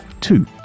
two